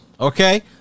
okay